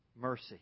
mercy